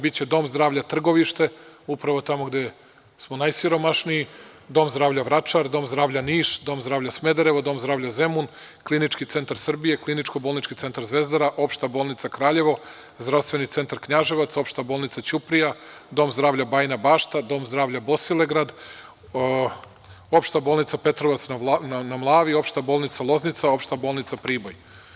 Biće Dom zdravlja Trgovište, upravo tamo gde smo najsiromašniji, Dom zdravlja Vračar, Dom zdravlja Niš, Dom zdravlja Smederevo, Dom zdravlja Zemun, Klinički Centar Srbije, Kliničko-bolnički centar Zvezdara, Opšta bolnica Kraljevo, Zdravstveni centar Knjaževac, Opšta bolnica Ćuprija, Dom zdravlja Bajina Bašta, Dom zdravlja Bosilegrad, Opšta bolnica Petrovac na Mlavi, Opšta bolnica Loznica, Opšta bolnica Priboj.